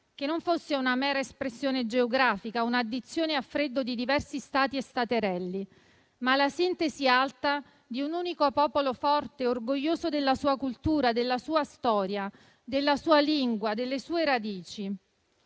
che non fosse una mera espressione geografica, una addizione a freddo di diversi Stati e staterelli, ma la sintesi alta di un unico popolo, forte e orgoglioso della sua cultura, della storia, della sua lingua, delle sue radici